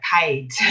paid